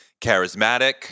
charismatic